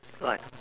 like